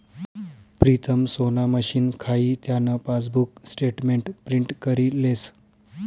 प्रीतम सोना मशीन खाई त्यान पासबुक स्टेटमेंट प्रिंट करी लेस